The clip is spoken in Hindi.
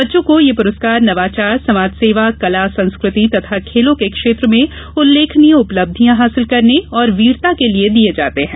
बच्चों को ये प्रस्कार नवाचार समाज सेवा कला संस्कृति तथा खेलों के क्षेत्र में उल्लेखनीय उपलब्धियां हासिल करने और वीरता के लिए दिये जाते हैं